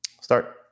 Start